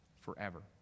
forever